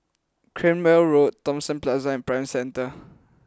Cranwell Road Thomson Plaza and Prime Centre